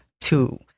two